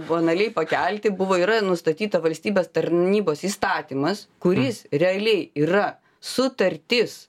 banaliai pakelti buvo yra nustatyta valstybės tarnybos įstatymas kuris realiai yra sutartis